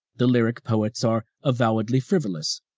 the lyric poets are avowedly frivolous,